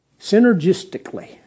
synergistically